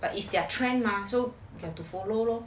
but it's their trend mah so you have to follow lor